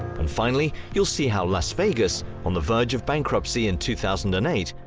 and finally you'll see how las vegas, on the verge of bankruptcy in two thousand and eight,